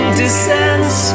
descends